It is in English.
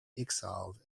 exiled